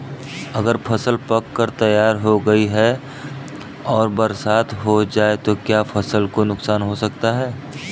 अगर फसल पक कर तैयार हो गई है और बरसात हो जाए तो क्या फसल को नुकसान हो सकता है?